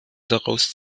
daraus